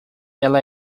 ela